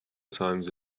times